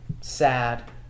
sad